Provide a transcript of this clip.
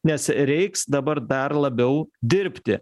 nes reiks dabar dar labiau dirbti